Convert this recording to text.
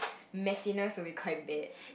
messiness will be quite bad